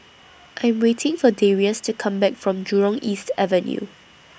I Am waiting For Darius to Come Back from Jurong East Avenue